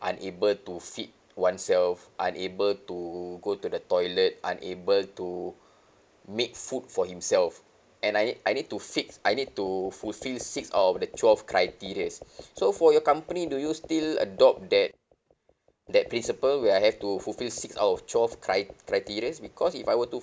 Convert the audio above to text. unable to feed oneself unable to go to the toilet unable to make food for himself and I I need to fix I need to fulfill six out of the twelve criterias so for your company do you still adopt that that principle where I have to fulfill six out of twelve cri~ criterias because if I were to